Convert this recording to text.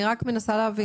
אני מנסה להבין.